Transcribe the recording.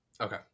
Okay